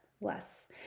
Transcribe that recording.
less